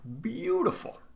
beautiful